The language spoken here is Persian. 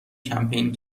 کمپین